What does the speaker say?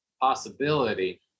possibility